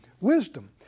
wisdom